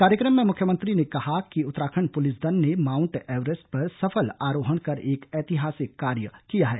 कार्यक्रम में मुख्यमंत्री ने कहा कि उत्तराखण्ड पुलिस दल ने माउंट एवरेस्ट पर सफल आरोहण कर एक ऐतिहासिक कार्य किया है